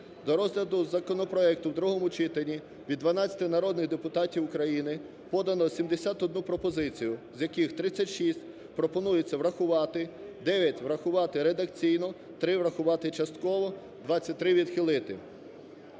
До розгляду законопроекту в другому читанні від дванадцяти народних депутатів подано 71 пропозицію, з яких: 36 пропонується врахувати, 9 – врахувати редакційно, 3 – врахувати частково, 23 – відхилити.